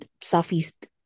Southeast